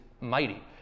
mighty